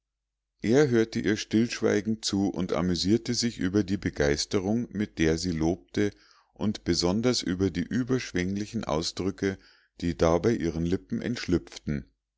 er hörte ihr stillschweigend zu und amüsierte sich über die begeisterung mit der sie lobte und besonders über die überschwenglichen ausdrücke die dabei ihren lippen entschlüpften